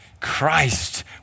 Christ